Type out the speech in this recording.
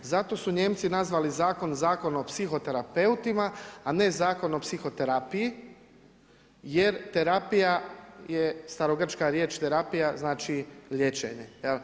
Zato su Nijemci nazvali zakon Zakon o psihoterapeutima a ne Zakon o psihoterapiji jer terapija je starogrčka riječ terapija znači liječenje.